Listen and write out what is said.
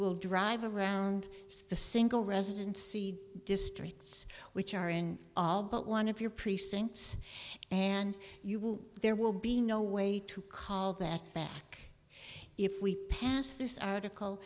will drive around the single residency districts which are in all but one of your precincts and you will there will be no way to call that back if we pass this article